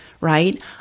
right